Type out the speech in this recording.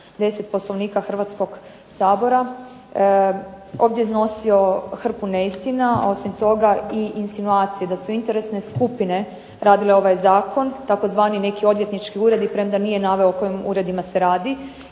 210. Poslovnika Hrvatskoga sabora. Ovdje je iznosio hrpu neistina između ostaloga i insinuacije da su interesne skupine radile ovaj Zakon, tzv. odvjetnički uredi premda nije naveo o kojim se uredima radi.